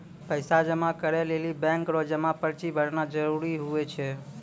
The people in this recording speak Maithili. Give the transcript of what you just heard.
पैसा जमा करै लेली बैंक रो जमा पर्ची भरना जरूरी हुवै छै